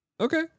Okay